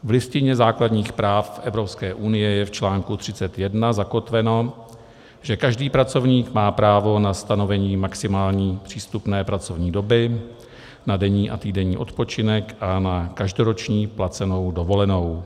V Listině základních práv Evropské unie je v článku 31 zakotveno, že každý pracovník má právo na stanovení maximální přípustné pracovní doby, na denní a týdenní odpočinek a na každoroční placenou dovolenou.